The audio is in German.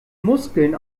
muskeln